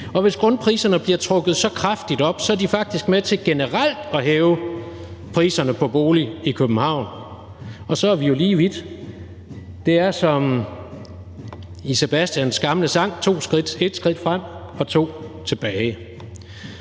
og hvis grundpriserne bliver trukket så kraftigt op, er de faktisk med til generelt at hæve priserne på boliger i København, og så er vi jo lige vidt. Det er som i Sebastians gamle sang: et skridt frem og to tilbage.